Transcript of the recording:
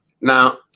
Now